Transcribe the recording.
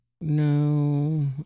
No